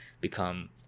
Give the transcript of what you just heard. become